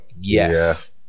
Yes